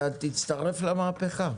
אתה תצטרף למהפכה.